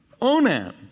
Onan